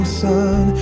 sun